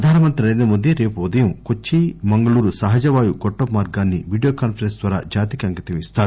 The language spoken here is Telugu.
ప్రధానమంత్రి నరేంద్రమోదీ రేపు ఉదయం కొచ్చి మంగళూరు సహజవాయువు గొట్టపు మార్గాన్ని వీడియో కాన్పరెస్ప్ ద్వారా జాతికి అంకితం ఇస్తారు